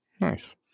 nice